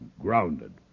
Grounded